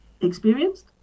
experienced